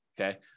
Okay